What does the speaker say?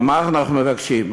הרי מה אנחנו מבקשים?